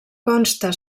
consta